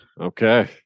Okay